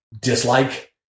dislike